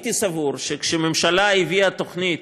שכשהממשלה הביאה תוכנית